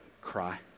cry